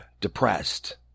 depressed